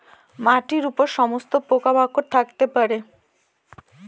মাটির উপর সমস্ত পোকা মাকড় থাকতে পারে